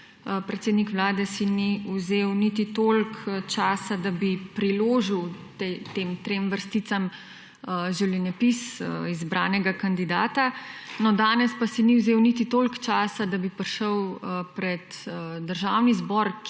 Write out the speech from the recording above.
Predsednik Vlade si ni vzel niti toliko časa, da bi priložil tem trem vrsticam življenjepis izbranega kandidata. No, danes pa si ni vzel niti toliko časa, da bi prišel pred Državni zbor,